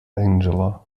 angela